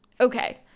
okay